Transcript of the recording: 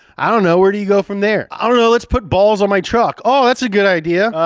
i don't know, where do you go from there? i don't know, let's put balls on my truck. oh, that's a good idea.